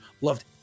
loved